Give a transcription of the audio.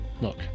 Look